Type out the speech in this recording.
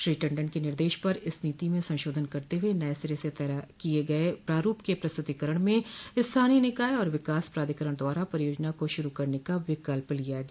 श्री टंडन के निर्देश पर इस नीति में संशोधन करते हए नये सिरे से तैयार किये गये प्रारूप के प्रस्तुतिकरण में स्थानीय निकाय और विकास प्राधिकरण द्वारा परियोजना को शुरू करने का विकल्प लिया गया